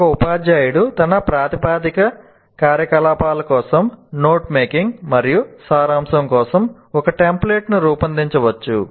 ఒక ఉపాధ్యాయుడు తన ప్రతిపాదిత కార్యకలాపాల కోసం నోట్ మేకింగ్ మరియు సారాంశం కోసం ఒక టెంప్లేట్ను రూపొందించవచ్చు